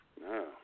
No